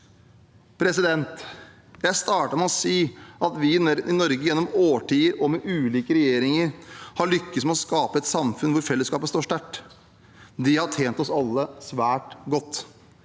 Jeg startet med å si at vi i Norge gjennom årtier og med ulike regjeringer har lyktes med å skape et samfunn hvor fellesskapet står sterkt. Det har tjent oss alle svært godt.